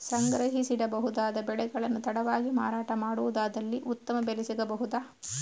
ಸಂಗ್ರಹಿಸಿಡಬಹುದಾದ ಬೆಳೆಗಳನ್ನು ತಡವಾಗಿ ಮಾರಾಟ ಮಾಡುವುದಾದಲ್ಲಿ ಉತ್ತಮ ಬೆಲೆ ಸಿಗಬಹುದಾ?